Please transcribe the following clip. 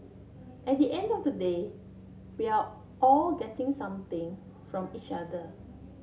at the end of the day we're all getting something from each other